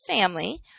family